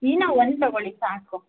Eno ಒಂದು ತಗೊಳ್ಳಿ ಸಾಕು